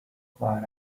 far